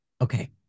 Okay